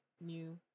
new